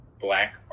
black